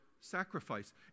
sacrifice